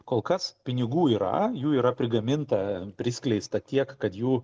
kol kas pinigų yra jų yra prigaminta priskleista tiek kad jų